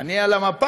אני על המפה,